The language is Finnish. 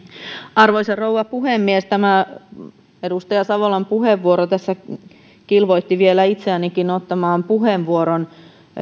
arvoisa rouva puhemies tämä edustaja savolan puheenvuoro tässä kilvoitti vielä itseänikin ottamaan puheenvuoron